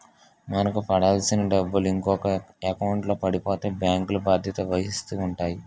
మనకు పడాల్సిన డబ్బులు ఇంకొక ఎకౌంట్లో పడిపోతే బ్యాంకులు బాధ్యత వహిస్తూ ఉంటాయి